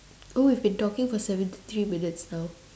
oh we've been talking for seventy three minutes now